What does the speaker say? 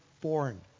born